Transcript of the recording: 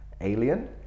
alien